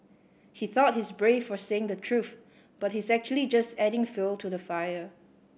he thought he's brave for saying the truth but he's actually just adding fuel to the fire